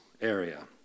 area